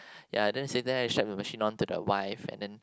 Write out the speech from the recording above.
ya then sit there extract the machine onto the wife